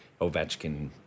Ovechkin